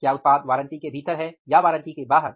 क्या उत्पाद वारंटी के भीतर है या वारंटी के बाहर